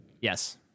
Yes